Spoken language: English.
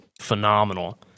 phenomenal